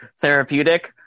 therapeutic